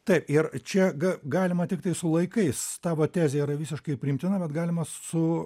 taip ir čia g galima tiktai su laikais tavo tezė yra visiškai priimtina bet galima su